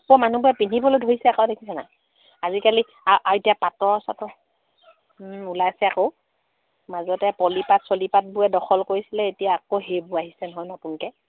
মানুহবোৰে পিন্ধিবলৈ ধৰিছে আকৌ দেখিছা নাই আজিকালি আও এতিয়া পাটৰ চাটৰ ওলাইছে আকৌ মাজতে পলিপাত চলিপাতবোৰে দখল কৰিছিলে এতিয়া আকৌ সেইবোৰ আহিছে নহয় নতুনকে